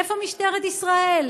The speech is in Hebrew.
איפה משטרת ישראל?